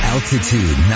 Altitude